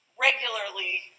regularly